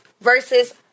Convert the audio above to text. versus